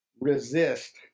resist